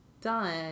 done